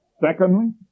secondly